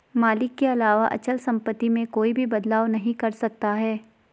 मालिक के अलावा अचल सम्पत्ति में कोई भी बदलाव नहीं कर सकता है